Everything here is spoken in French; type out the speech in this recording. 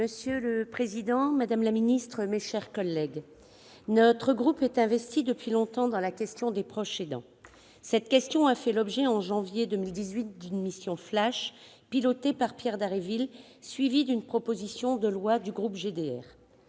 Monsieur le président, madame la secrétaire d'État, mes chers collègues, notre groupe est investi depuis longtemps dans la question des proches aidants. Cette question a fait l'objet, en janvier 2018, d'une « mission flash » pilotée par Pierre Dharréville, suivie d'une proposition de loi du groupe de